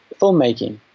filmmaking